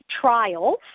trials